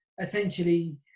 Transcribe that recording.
essentially